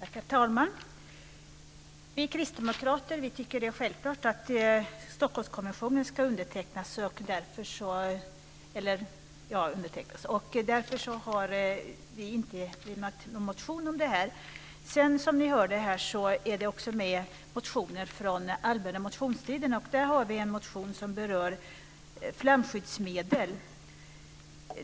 Herr talman! Vi kristdemokrater tycker att det är självklart att Stockholmskonventionen ska undertecknas. Därför har vi inte väckt någon motion om detta. Som vi har hört finns det även motioner från allmänna motionstiden. Där har vi en motion som berör flamskyddsmedel.